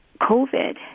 COVID